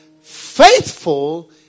Faithful